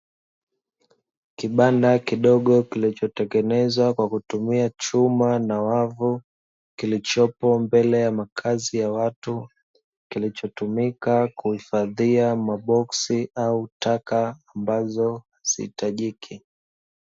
Kibanda kidogo kilichotengenezwa kwa kutumia chuma na wavu, kilichopo mbele ya makazi ya watu, kilichotumika kuhifadhia maboksi au taka ambazo hazihitajiki.